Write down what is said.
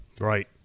Right